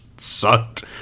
sucked